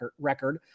record